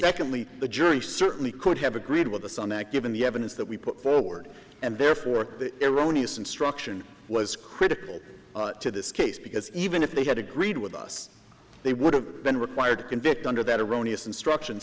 second lead the jury certainly could have agreed with us on that given the evidence that we put forward and therefore erroneous instruction was critical to this case because even if they had agreed with us they would have been required to convict under that erroneous instruction